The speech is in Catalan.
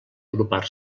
agrupar